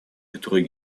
которые